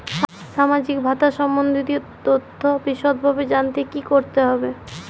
সামাজিক ভাতা সম্বন্ধীয় তথ্য বিষদভাবে জানতে কী করতে হবে?